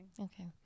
Okay